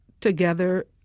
together